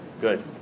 Good